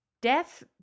death